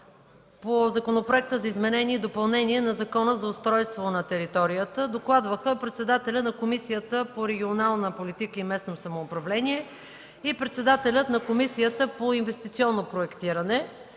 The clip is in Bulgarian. по Законопроекта за изменение и допълнение на Закона за устройство на територията. Докладваха председателят на Комисията по регионална политика и местно самоуправление и председателят на Комисията по инвестиционно проектиране.